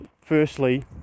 firstly